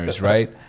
right